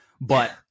but-